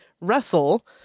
Russell